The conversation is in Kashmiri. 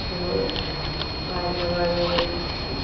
بیٚہون واریاہ واریاہ وَنہِ تہِ چھِنہٕ